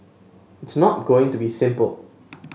it's not going to be simple